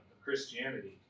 Christianity